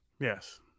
Yes